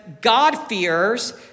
God-fears